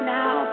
now